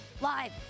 live